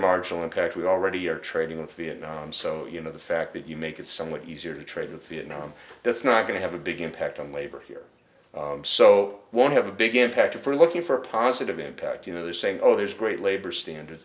marginal impact we already are trading with vietnam so you know the fact that you make it somewhat easier to trade in vietnam that's not going to have a big impact on labor here so no one have a big impact for looking for a positive impact you know they're saying oh there's great labor standards